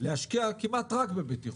להשקיע כמעט רק בבטיחות.